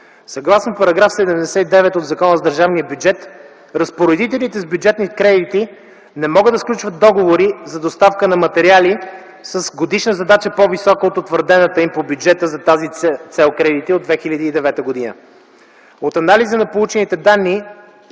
Съгласно § 79 от Закона за държавния бюджет за 2009 г., разпоредителите с бюджетни кредити не могат да сключват договори за доставки на материали и медикаменти с годишна задача по-висока от утвърдените им по бюджета за тази цел кредити за 2009 г. От анализа на получените данни